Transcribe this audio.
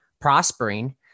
prospering